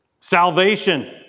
Salvation